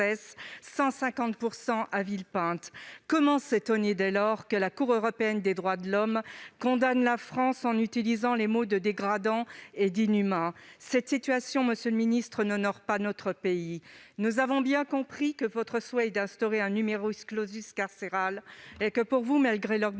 150 % à Villepinte. Comment s'étonner, dès lors, que la Cour européenne des droits de l'homme condamne la France en utilisant les mots « dégradant » et « inhumain »? Monsieur le ministre, cette situation n'honore pas notre pays. Nous avons bien compris que votre souhait est d'instaurer un carcéral et que, pour vous, malgré l'augmentation